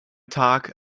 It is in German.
tag